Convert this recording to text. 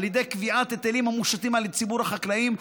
קביעת היטלים המושתים על ציבור החקלאים,